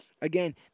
again